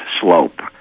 slope